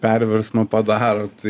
perversmų padaro tai